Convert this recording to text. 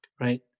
right